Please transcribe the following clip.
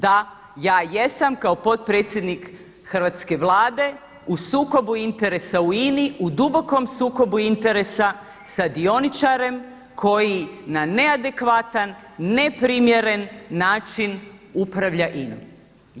Da, ja jesam kao potpredsjednik hrvatske Vlade u sukobu interesa u INA-i u dubokom sukobu interesa sa dioničarem koji na neadekvatan, neprimjeren način upravlja INA-om.